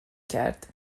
کرد